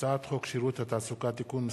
הצעת חוק שירות התעסוקה (תיקון מס'